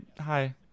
hi